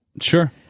sure